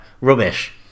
rubbish